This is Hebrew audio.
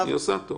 הוא עומד לרשותם.